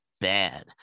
bad